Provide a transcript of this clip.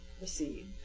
receive